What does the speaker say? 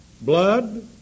blood